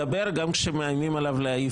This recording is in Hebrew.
מדבר גם כשמאיימים עליו להעיף אותו.